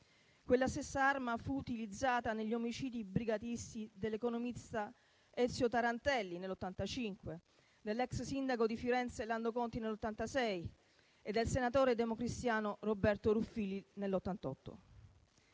Quella stessa arma fu utilizzata negli omicidi brigatisti dell'economista Ezio Tarantelli nel 1985, dell'ex sindaco di Firenze Lando Conti nel 1986 e del senatore democristiano Roberto Ruffilli nel 1988.